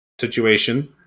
situation